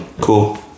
Cool